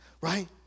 right